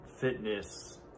fitness